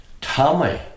Tommy